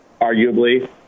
arguably